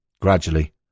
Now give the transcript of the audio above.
Gradually